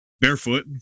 barefoot